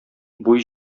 буй